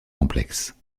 complexe